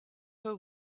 her